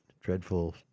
dreadful